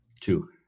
Two